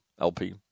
LP